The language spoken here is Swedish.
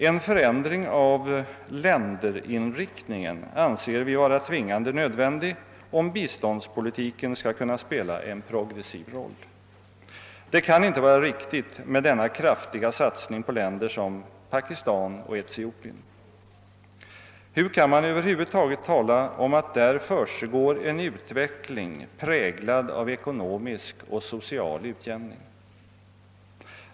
En förändring av länderinriktninen anser vi vara tvingande nödvändig, om biståndspolitiken skall kunna spela en progressiv roll. Det kan inte vara riktigt med denna kraftiga satsning på länder som Pakistan och Etiopien. Hur kan man Över huvud taget tala om att där försiggår en utveckling präglad av ekonomisk och social utjämning?